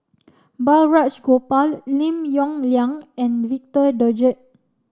Balraj Gopal Lim Yong Liang and Victor Doggett